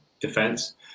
defense